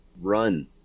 run